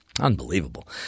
Unbelievable